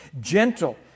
gentle